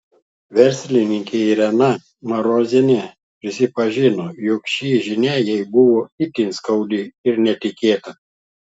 verslininkė irena marozienė prisipažino jog ši žinia jai buvo itin skaudi ir netikėta